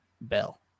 Bell